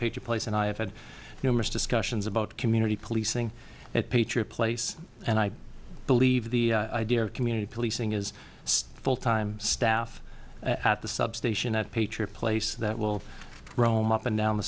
peter place and i have had numerous discussions about community policing at patriot place and i believe the idea of community policing is still full time staff at the substation at patriot place that will roam up and down the